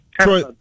Troy